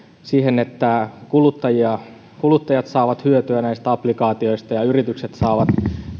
siihen että kuluttajat kuluttajat saavat hyötyä näistä applikaatioista ja yritykset saavat